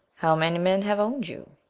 how many men have owned you?